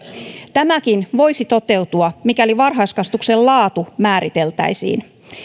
tämäkin voisi toteutua mikäli varhaiskasvatuksen laatu määriteltäisiin